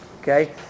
Okay